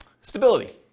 stability